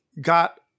got